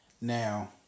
Now